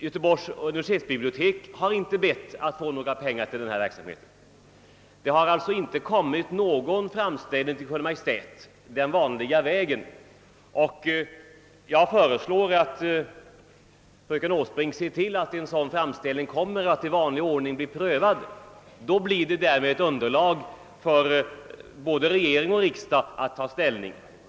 Göteborgs universitetsbibliotek har inte bett att få några pengar till ifrågavarande verksamhet. Det har alltså inte gjorts någon framställning till Kungl. Maj:t den vanliga vägen. Jag föreslår att fröken Åsbrink ser till att en sådan framställning i vanlig ordning blir prövad. Då får både regering och riksdag underlag för att ta ställning.